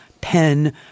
Pen